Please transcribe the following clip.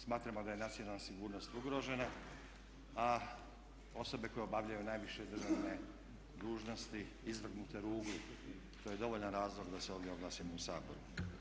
Smatramo da je nacionalna sigurnost ugrožena, a osobe koje obavljaju najviše državne dužnosti izvrgnute ruglu što je dovoljan razlog da se ovdje oglasimo u Saboru.